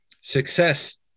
Success